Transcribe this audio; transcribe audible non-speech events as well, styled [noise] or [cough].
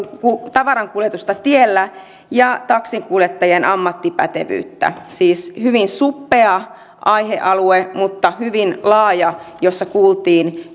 tavarankuljetusta tiellä ja taksinkuljettajien ammattipätevyyttä siis hyvin suppea aihealue mutta hyvin laaja ja siinä kuultiin [unintelligible]